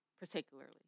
particularly